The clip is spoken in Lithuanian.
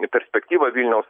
perspektyva vilniaus